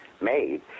made